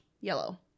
yellow